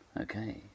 Okay